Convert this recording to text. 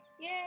Yay